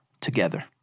together